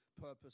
purpose